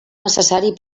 necessari